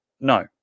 No